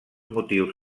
motius